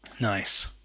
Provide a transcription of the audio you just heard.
Nice